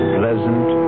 pleasant